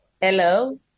hello